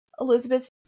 Elizabeth